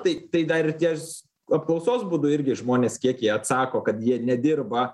tai tai dar ties apklausos būdu irgi žmonės kiek jie atsako kad jie nedirba